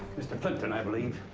mr. plimpton i believe.